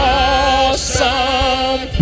awesome